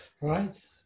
Right